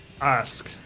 ask